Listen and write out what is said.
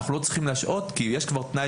אנחנו לא צריכים להשעות כי יש כבר תנאי